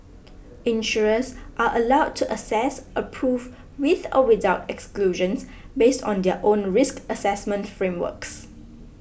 insurers are allowed to assess approve with or without exclusions based on their own risk assessment frameworks